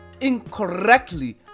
incorrectly